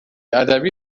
ادبی